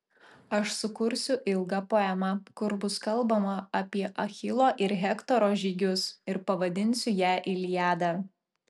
aš sukursiu ilgą poemą kur bus kalbama apie achilo ir hektoro žygius ir pavadinsiu ją iliada